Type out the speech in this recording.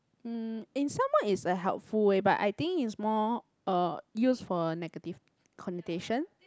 um in somewhat it's a helpful eh but I think it's more uh used for a negative connotation